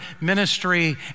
ministry